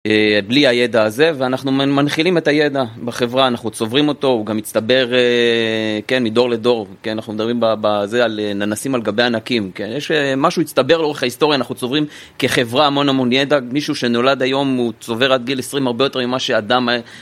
בלי הידע הזה, ואנחנו מנחילים את הידע בחברה, אנחנו צוברים אותו, הוא גם הצטבר כן, מדור לדור, כן? אנחנו מדברים בזה על ננסים על גבי ענקים, יש משהו הצטבר לאורך ההיסטוריה, אנחנו צוברים כחברה המון המון ידע, מישהו שנולד היום הוא צובר עד גיל 20 הרבה יותר ממה שאדם היה